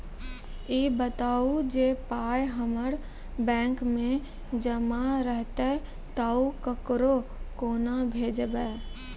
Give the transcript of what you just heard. ई बताऊ जे पाय हमर बैंक मे जमा रहतै तऽ ककरो कूना भेजबै?